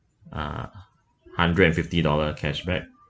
uh hundred and fifty dollar cashback